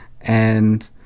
And-